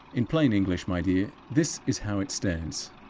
in plain english, my dear, this is how it stands.